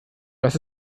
das